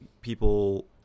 people